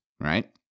right